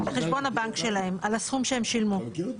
אתה יודע כמה פעמים אני התלוננתי על זה שהם לא הגיעו לדיון?